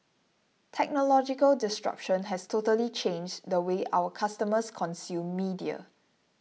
technological disruption has totally changed the way our customers consume media